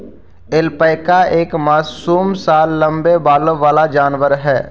alpaca एक मासूम सा लम्बे बालों वाला जानवर है